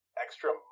extra